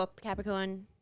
Capricorn